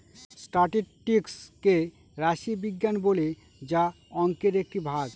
statistics কে রাশি বিজ্ঞান বলে যা অংকের একটি ভাগ